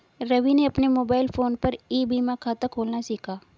रवि ने अपने mobile phone पर ई बीमा खाता खोलना सीखा